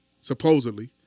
supposedly